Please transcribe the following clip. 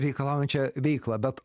reikalaujančią veiklą bet